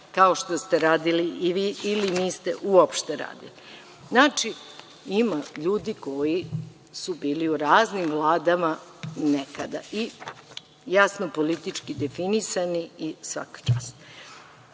kao što ste radili i vi ili niste uopšte radili. Znači, ima ljudi koji su bili u raznim vladama nekada i jasno politički definisani i svaka čas. Imam